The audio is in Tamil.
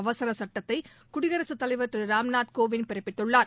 அவசர சுட்டத்தை குடியரசு தலைவர் திரு ராம்நாத் கோவிந்த் பிறப்பித்துள்ளார்